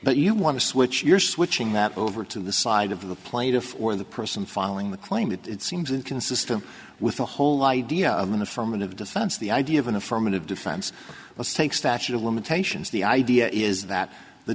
but you want to switch you're switching that over to the side of the plaintiff or the person following the claim that seems inconsistent with the whole idea of an affirmative defense the idea of an affirmative defense let's take statute of limitations the idea is that the